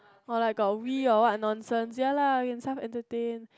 or got like Wii or what nonsense ya lah can self entertain